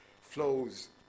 flows